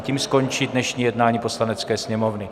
Tím skončí dnešní jednání Poslanecké sněmovny.